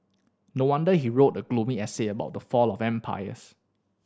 no wonder he wrote a gloomy essay about the fall of empires